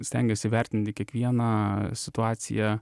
stengiesi įvertinti kiekvieną situaciją